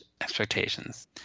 expectations